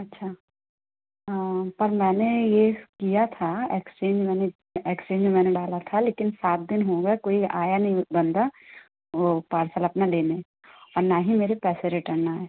अच्छा पर मैंने ये किया था एक्सचेंज मैंने एक्सचेंज मैंने डाला था लेकिन सात दिन हो गए कोई आया नहीं बंदा वो पार्सल अपना लेने और ना हीं मेरे पैसे रिटर्न आए